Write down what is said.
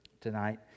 tonight